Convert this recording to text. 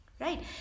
right